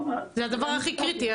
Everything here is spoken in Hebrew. זה הדבר הכי קריטי,